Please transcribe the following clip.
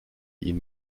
ihn